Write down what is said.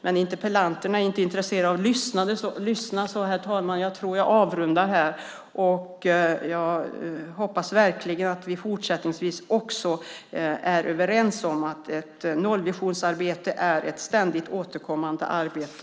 Men interpellanterna är inte intresserade av att lyssna. Herr talman! Jag tror att jag avrundar här. Jag hoppas att vi också fortsättningsvis är överens om att nollvisionsarbete är ett ständigt återkommande arbete.